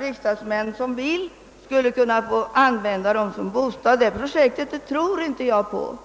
riksdagsledamöter som så önskar skulle kunna använda dem som bostad, tror jag inte på.